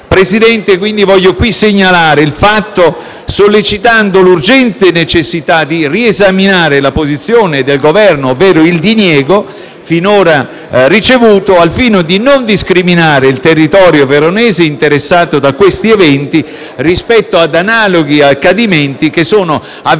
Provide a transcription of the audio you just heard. Presidente, voglio qui segnalare il fatto, sollecitando l'urgente necessità di riesaminare la posizione del Governo, ovvero il diniego finora ricevuto, al fine di non discriminare il territorio veronese interessato da questi eventi rispetto ad analoghi accadimenti avvenuti